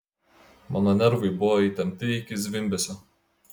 mano nervai buvo įtempti iki zvimbesio